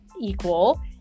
equal